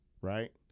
right